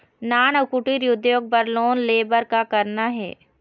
नान अउ कुटीर उद्योग बर लोन ले बर का करना हे?